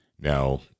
Now